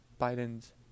Biden's